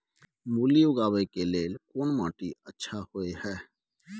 मूली उगाबै के लेल कोन माटी अच्छा होय है?